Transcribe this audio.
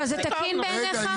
אבל זה תקין בעיניך?